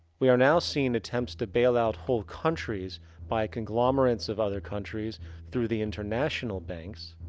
we are now seeing attempts to bailout whole countries by conglomerates of other countries through the international banks.